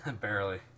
barely